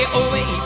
away